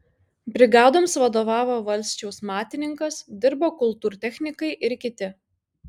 brigadoms vadovavo valsčiaus matininkas dirbo kultūrtechnikai ir kiti